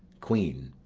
queen.